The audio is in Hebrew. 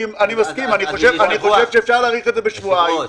אני חושב שאפשר להאריך את זה בשבועיים.